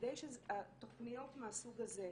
כדי שתוכניות מהסוג הזה,